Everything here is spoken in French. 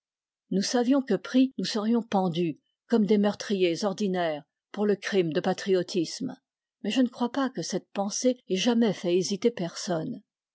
nous savions que pris nous serions pendus comme des meurtriers ordinaires pour le crime de patriotisme mais je ne crois pas que cette pensée ait jamais fait hésiter personne